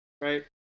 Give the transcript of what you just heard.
right